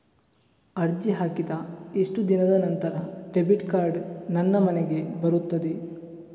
ಅರ್ಜಿ ಹಾಕಿದ ಎಷ್ಟು ದಿನದ ನಂತರ ಡೆಬಿಟ್ ಕಾರ್ಡ್ ನನ್ನ ಮನೆಗೆ ಬರುತ್ತದೆ?